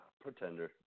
Pretender